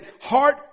heart